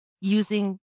using